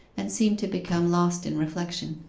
and seemed to become lost in reflection.